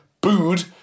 booed